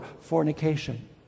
fornication